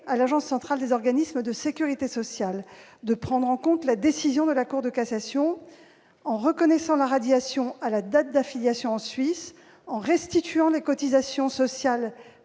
à l'Agence centrale des organismes de sécurité sociale de prendre en compte la décision de la Cour de cassation en reconnaissant la radiation à la date d'affiliation en Suisse, en restituant les cotisations sociales